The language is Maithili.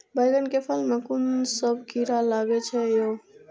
बैंगन के फल में कुन सब कीरा लगै छै यो?